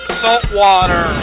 saltwater